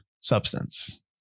substance